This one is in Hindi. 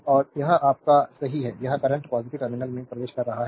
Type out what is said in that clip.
और यह आपका यही है यह करंट पॉजिटिव टर्मिनल में प्रवेश कर रहा है